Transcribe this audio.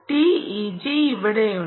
TEG ഇവിടെയുണ്ട്